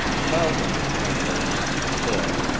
thousands of men were in its employ,